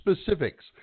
specifics